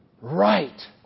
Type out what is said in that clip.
right